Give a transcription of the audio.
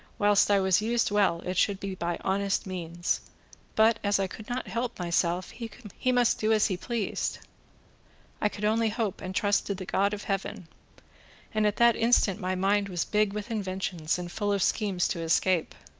whilst i was used well, it should be by honest means but, as i could not help myself, he must do as he pleased i could only hope and trust to the god of heaven and at that instant my mind was big with inventions and full of schemes to escape.